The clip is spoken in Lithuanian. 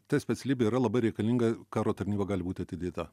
ta specialybė yra labai reikalinga karo tarnyba gali būt atidėta